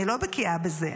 אני לא בקיאה בזה,